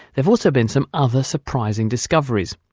have also been some other surprising discoveries.